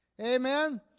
Amen